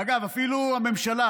אגב, אפילו הממשלה,